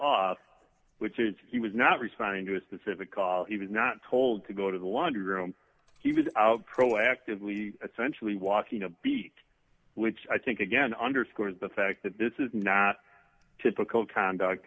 off which is he was not responding to a specific call he was not told to go to the laundry room he was out proactively essentially walking a beat which i think again underscores the fact that this is not typical conduct